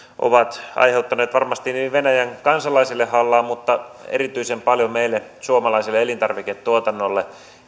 ovat aiheuttaneet varmasti venäjän kansalaisille hallaa mutta erityisen paljon meidän suomalaiselle elintarviketuotannollemme